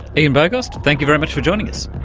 ian bogost, thank you very much for joining us.